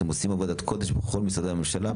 ואתם עושים עבודת קודם בכל משרדי הממשלה.